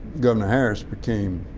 governor harris became